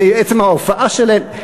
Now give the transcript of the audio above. עצם ההופעה שלהם.